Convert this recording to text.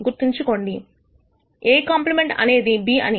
గుర్తుంచుకోండి A complement అనేది B అని